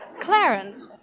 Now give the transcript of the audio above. Clarence